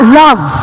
love